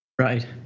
right